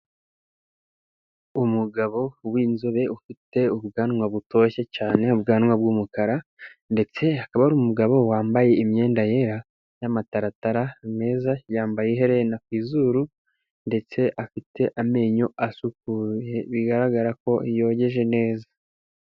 Umugabo w'inzobe ufite ubwanwa butoshye cyane, ubwanwa bw'umukara, ndetse akaba ari umugabo wambaye imyenda yera, n'amataratara meza, yambaye iherena ku izuru, ndetse afite amenyo asukuye bigaragara ko yogeje neza.